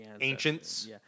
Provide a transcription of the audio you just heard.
ancients